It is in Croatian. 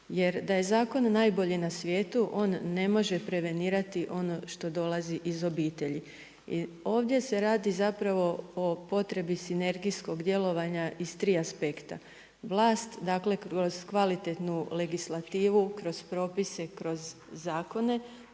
jer da je zakon najbolji na svijetu, on ne može prevenirati ono što dolazi iz obitelji. Ovdje se radi o zapravo o potrebi sinergijskog djelovanja iz tri aspekta. Vlast kroz kvalitetnu legislativu, kroz propise, kroz zakone,